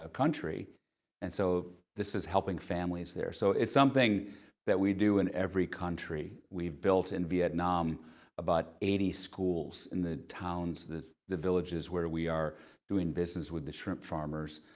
ah and so this is helping families there. so it's something that we do in every country. we've built in vietnam about eighty schools in the towns, the the villages where we are doing business with the shrimp farmers,